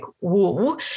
woo